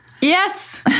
Yes